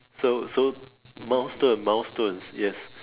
so so milestone milestones yes